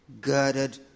girded